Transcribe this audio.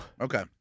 Okay